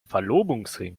verlobungsring